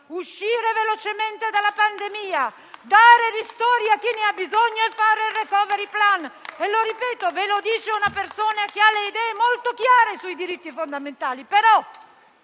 uscire velocemente dalla pandemia, dare ristori a chi ne ha bisogno e fare il *recovery plan*. Lo ripeto: ve lo dice una persona che ha le idee molto chiare sui diritti fondamentali,